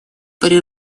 при